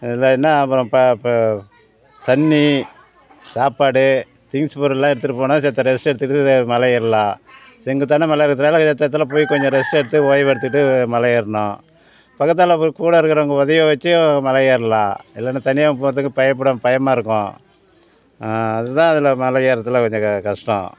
இல்லைன்னா அப்புறம் ப இப்போ தண்ணி சாப்பாடு திங்க்ஸ் பொருளெலாம் எடுத்துகிட்டுப் போனால் சித்த ரெஸ்ட் எடுத்துகிட்டு மலை ஏறலாம் செங்குத்தான மலை ஏறுறதனால எடுத்த இடத்துலப் போய் கொஞ்சம் ரெஸ்ட் எடுத்து ஓய்வெடுத்துகிட்டு மலை ஏறணும் பக்கத்திலக் கூட இருக்கிறவங்க உதவிய வைச்சும் மலை ஏறலாம் இல்லைன்னா தனியாகப் போகிறதுக்கும் பயப்படும் பயமாக இருக்கும் அதுதான் அதில் மலை ஏறதில் கொஞ்சம் க கஷ்டம்